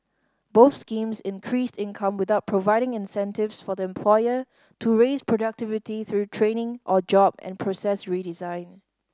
both schemes increased income without providing incentives for the employer to raise productivity through training or job and process redesign